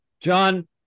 John